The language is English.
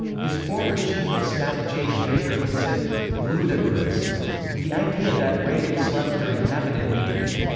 his former chief of staff james baker considered ludicrous the idea that reagan slept during cabinet meetings.